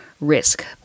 risk